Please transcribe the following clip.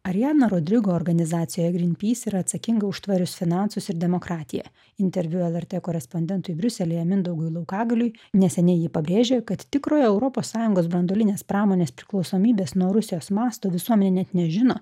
ariana rodrigo organizacijoj gryn pys yra atsakinga už tvarius finansus ir demokratiją interviu lrt korespondentui briuselyje mindaugui laukagaliui neseniai ji pabrėžė kad tikrojo europos sąjungos branduolinės pramonės priklausomybės nuo rusijos masto visuomenė net nežino